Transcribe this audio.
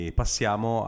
passiamo